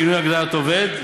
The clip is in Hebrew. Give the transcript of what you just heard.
שינוי הגדרת עובד),